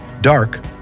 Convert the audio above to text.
Dark